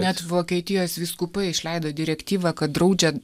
net vokietijos vyskupai išleido direktyvą kad draudžia